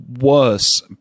worse